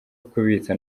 kubitsa